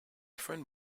friend